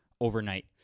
overnight